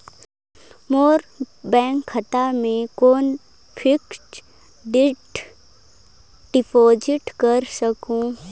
मोर bank खाता मे कौन फिक्स्ड डिपॉजिट कर सकहुं?